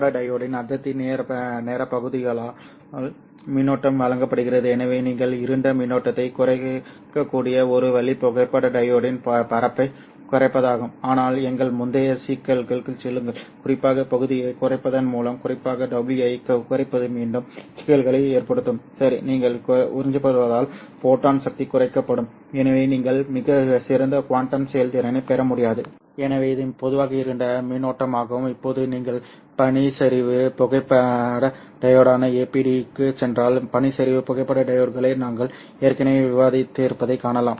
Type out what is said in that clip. புகைப்பட டையோட்டின் அடர்த்தி நேரப் பகுதியால் மின்னோட்டம் வழங்கப்படுகிறது எனவே நீங்கள் இருண்ட மின்னோட்டத்தைக் குறைக்கக்கூடிய ஒரு வழி புகைப்பட டையோட்டின் பரப்பைக் குறைப்பதாகும் ஆனால் எங்கள் முந்தைய சிக்கலுக்குச் செல்லுங்கள் குறிப்பாக பகுதியைக் குறைப்பதன் மூலம் குறிப்பாக WI ஐக் குறைப்பது மீண்டும் சிக்கல்களை ஏற்படுத்தும் சரி நீங்கள் உறிஞ்சப்படுவதால் ஃபோட்டான் சக்தி குறைக்கப்படும் எனவே நீங்கள் மிகச் சிறந்த குவாண்டம் செயல்திறனைப் பெற முடியாது எனவே இது பொதுவாக இருண்ட மின்னோட்டமாகும் இப்போது நீங்கள் பனிச்சரிவு புகைப்பட டையோடான APD க்குச் சென்றால் பனிச்சரிவு புகைப்பட டையோட்களை நாங்கள் ஏற்கனவே விவாதித்திருப்பதைக் காணலாம்